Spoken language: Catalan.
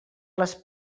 les